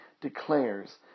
declares